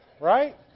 Right